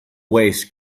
waves